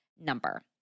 number